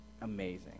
Amazing